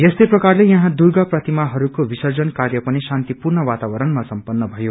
यस्तै प्रकारले यहाँ दुर्गा प्रतिमाहरूको विर्सजन कार्यपनि शान्तपूर्ण वातावरणमा सम्पन्न भयो